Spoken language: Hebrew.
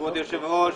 כבוד היושב-ראש,